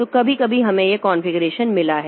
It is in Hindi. तो कभी कभी हमें यह कॉन्फ़िगरेशन मिला है